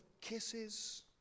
kisses